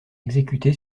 exécuté